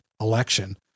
election